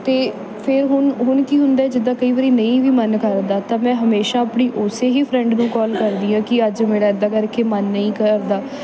ਅਤੇ ਫਿਰ ਹੁਣ ਹੁਣ ਕੀ ਹੁੰਦਾ ਹੈ ਜਿੱਦਾਂ ਕਈ ਵਾਰ ਨਹੀਂ ਵੀ ਮਨ ਕਰਦਾ ਤਾਂ ਮੈਂ ਹਮੇਸ਼ਾ ਆਪਣੀ ਉਸ ਹੀ ਫਰੈਂਡ ਨੂੰ ਕੌਲ ਕਰਦੀ ਹਾਂ ਕਿ ਅੱਜ ਮੇਰਾ ਇੱਦਾਂ ਕਰਕੇ ਮਨ ਨਹੀਂ ਕਰਦਾ